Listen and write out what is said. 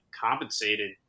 compensated